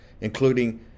including